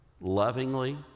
lovingly